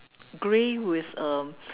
grey with um